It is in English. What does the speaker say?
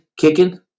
kicking